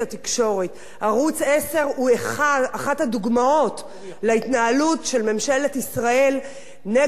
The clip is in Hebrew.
ערוץ-10 הוא אחת הדוגמאות להתנהלות של ממשלת ישראל נגד הדמוקרטיה,